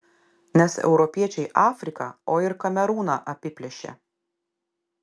nes europiečiai afriką o ir kamerūną apiplėšė